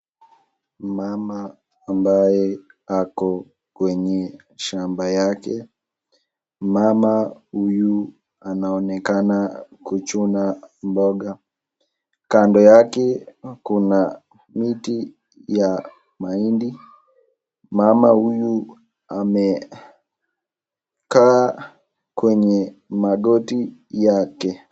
Mama ambaye ako kwenye shamba yake, mama huyu anaonekana kuchuna mboga, kando yake kuna miti ya mahindi, mama huyu amekaa kwenye magoti yake.